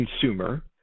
consumer